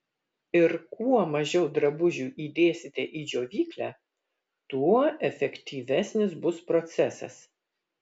ir kuo mažiau drabužių įdėsite į džiovyklę tuo efektyvesnis bus procesas